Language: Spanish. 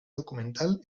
documental